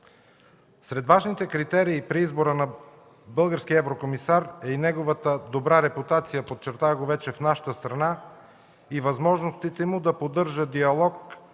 Сред важните критерии при избора на български еврокомисар е и неговата добра репутация, подчертах го вече, в нашата страна и възможностите му да поддържа диалог